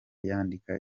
inyandiko